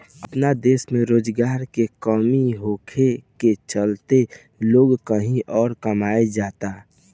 आपन देश में रोजगार के कमी होखे के चलते लोग कही अउर कमाए जाता